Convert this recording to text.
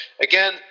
again